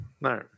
No